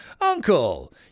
Uncle